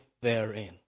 therein